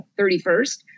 31st